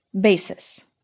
BASIS